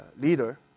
leader